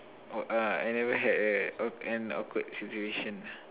oh uh I never had a an awkward situation ah